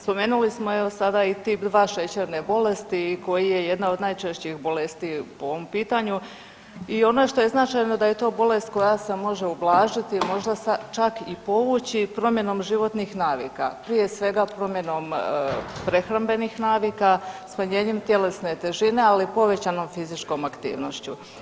Spomenuli smo evo sada i TIP 2 šećerne bolesti koje je jedna od najčešćih bolesti po ovom pitanju i ono što je značajno da je to bolest koja se može ublažiti, možda čak i povući promjenom životnih navika, prije svega promjenom prehrambenih navika, smanjenjem tjelesne težine, ali povećanom fizičkom aktivnošću.